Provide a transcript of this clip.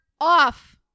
off